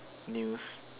news